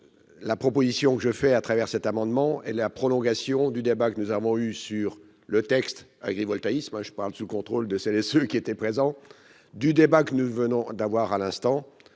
La proposition que je fais à travers cet amendement et la prolongation du débat que nous avons eu sur le texte agrivoltaïsme je parle sous le contrôle de celles et ceux qui étaient présents du débat que nous venons d'avoir, à l'instant